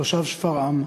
תושב שפרעם,